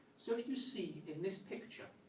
so if you see in this picture,